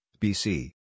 BC